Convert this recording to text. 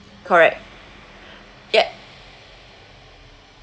correct yup